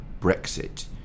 Brexit